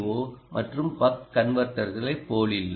ஓ மற்றும் பக் கன்வெர்ட்டர்களைப் போலில்லை